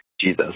Jesus